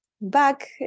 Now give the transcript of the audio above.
back